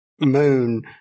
moon